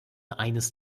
eines